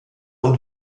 und